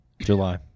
July